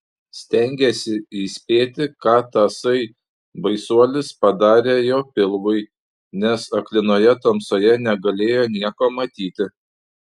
stengėsi įspėti ką tasai baisuolis padarė jo pilvui nes aklinoje tamsoje negalėjo nieko matyti